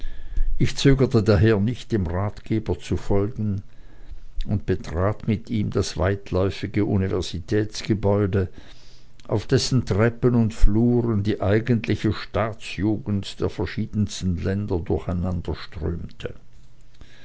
ich zögerte daher nicht dem ratgeber zu folgen und betrat mit ihm das weitläufige universitätsgebäude auf dessen treppen und flüren die eigentliche staatsjugend der verschiedensten länder